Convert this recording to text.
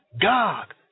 god